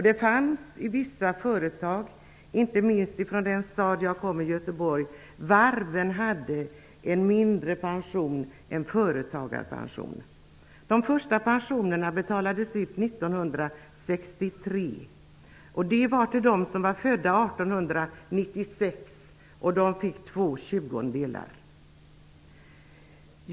Det fanns i vissa företag en företagarpension, inte minst i den stad jag kommer från, Göteborg, där varven hade en mindre pension. De första pensionerna betalades ut 1963. Det var till dem som var födda 1896. De fick två tjugondelar.